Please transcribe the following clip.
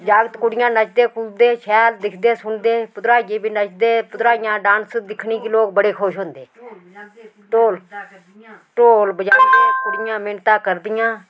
जागत कुड़ियां नचदे कूददे शैल दिखदे सुनदे भद्रवाहिये बी नचदे भद्रवाहियें दा डांस दिक्खने गी लोक बड़े खुश होंदे ढोल बजांदे कुड़ियां मिन्नतां करदियां